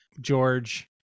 George